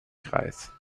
kreis